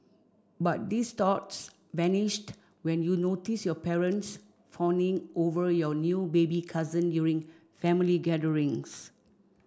but these thoughts vanished when you notice your parents fawning over your new baby cousin during family gatherings